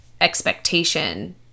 expectation